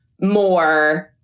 more